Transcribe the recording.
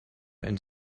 and